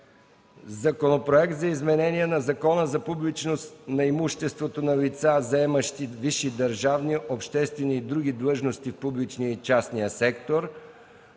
Законопроект за изменение на Закона за публичност на имуществото на лица, заемащи висши държавни, обществени и други длъжности в публичния и частния сектор.